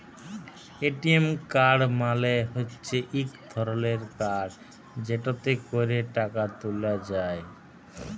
ATM card মালে হচ্যে ইক ধরলের কাড় যেটতে ক্যরে টাকা ত্যুলা যায়